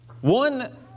One